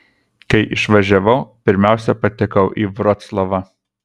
kai išvažiavau pirmiausia patekau į vroclavą